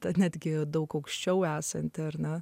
tad netgi daug aukščiau esantį ar na